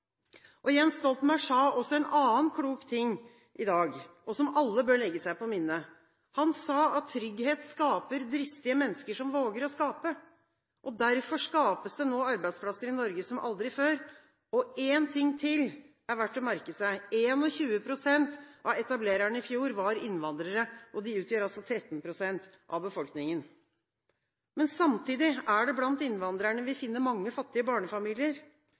skattelettelser. Jens Stoltenberg sa også en annen klok ting i dag, som alle bør legge seg på minne. Han sa at trygghet skaper dristige mennesker som våger å skape, og derfor skapes det nå arbeidsplasser i Norge som aldri før. En ting til som er verdt å merke seg, er at 21 pst. av etablererne i fjor var innvandrere, som utgjør 13 pst. av befolkningen. Samtidig er det blant innvandrerne vi finner mange fattige